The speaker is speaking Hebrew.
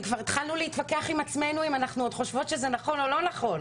כבר התחלנו להתווכח עם עצמנו אם אנחנו עוד חושבות שזה נכון או לא נכון,